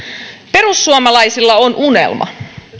perussuomalaisilla on unelma